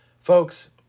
Folks